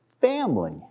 family